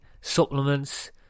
supplements